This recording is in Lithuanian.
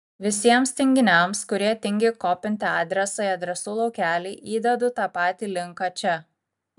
visiems tinginiams kurie tingi kopinti adresą į adresų laukelį įdedu tą patį linką čia